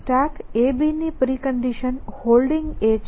StackAB ની precondition Holding છે